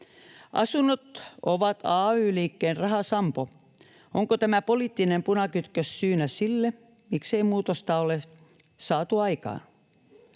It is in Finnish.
Asunnot ovat ay-liikkeen rahasampo. Onko tämä poliittinen punakytkös syynä sille, miksei muutosta ole saatu aikaan?